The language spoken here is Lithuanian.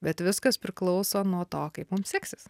bet viskas priklauso nuo to kaip mums seksis